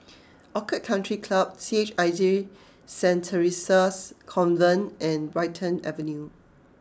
Orchid Country Club C H I J Saint Theresa's Convent and Brighton Avenue